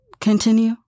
Continue